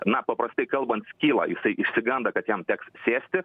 na paprastai kalbant skyla jisai išsiganda kad jam teks sėsti